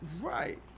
Right